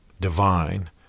Divine